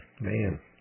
Man